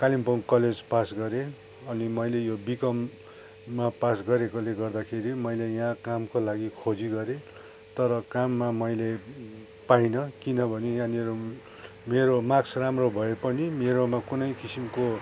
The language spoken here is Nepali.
कालिम्पोङ कलेज पास गरेँ अनि मैले यो बिकममा पास गरेकोले गर्दाखेरि मैले यहाँ कामको लागि खोजी गरेँ तर काममा मैले पाइन किनभने यहाँनिर मेरो मार्क्स राम्रो भए पनि मेरोमा कुनै किसिमको